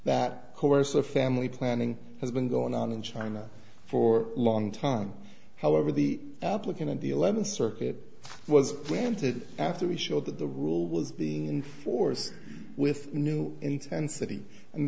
that coercive family planning has been going on in china for a long time however the applicant in the eleventh circuit was granted after we showed that the rule was in force with new intensity and